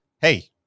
Hey